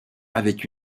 avec